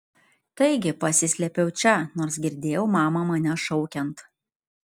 taigi pasislėpiau čia nors girdėjau mamą mane šaukiant